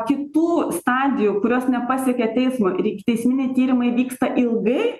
kitų stadijų kurios nepasiekė teismo ir ikiteisminiai tyrimai vyksta ilgai